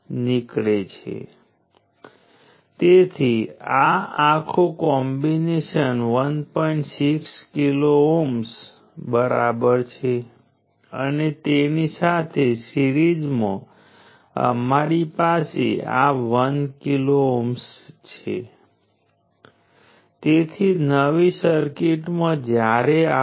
હવે પ્રથમ ક્વોડ્રન્ટમાં વોલ્ટેજ અને કરંટ બંને પોઝિટિવ છે તેથી પાવર શૂન્ય કરતાં વધારે છે સ્પષ્ટપણે એલિમેન્ટ પાવરને શોષી રહ્યું છે